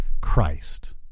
Christ